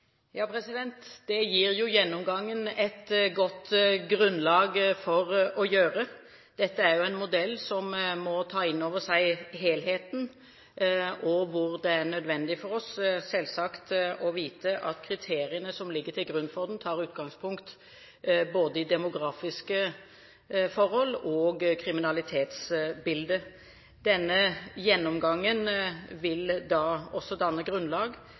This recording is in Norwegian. Det gir jo gjennomgangen et godt grunnlag for å gjøre. Dette er jo en modell hvor en må ta inn over seg helheten, og hvor det er nødvendig for oss, selvsagt, å vite at kriteriene som ligger til grunn for den, tar utgangspunkt i både demografiske forhold og kriminalitetsbildet. Denne gjennomgangen vil også danne grunnlag